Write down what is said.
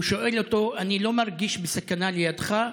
הוא שואל אותו: אני לא מרגיש בסכנה לידך,